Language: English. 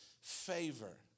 favor